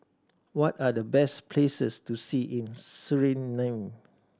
what are the best places to see in Suriname